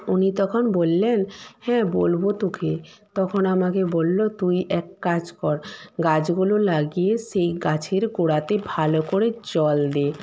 উনি তখন বললেন হ্যাঁ বলব তোকে তখন আমাকে বললো তুই এক কাজ কর গাছগুলো লাগিয়ে সেই গাছের গোড়াতে ভালো করে জল দে